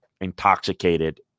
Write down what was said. intoxicated